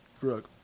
Drug